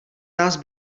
nás